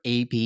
AP